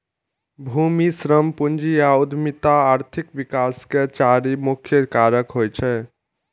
भूमि, श्रम, पूंजी आ उद्यमिता आर्थिक विकास के चारि मुख्य कारक होइ छै